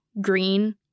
green